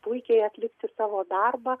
puikiai atlikti savo darbą